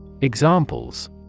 Examples